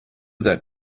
that